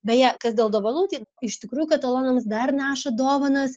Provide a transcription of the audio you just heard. beje kas dėl dovanų tai iš tikrųjų katalonams dar neša dovanas